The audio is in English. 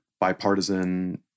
bipartisan